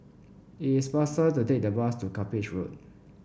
it is faster to take the bus to Cuppage Road